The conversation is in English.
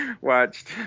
watched